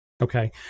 Okay